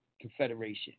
confederation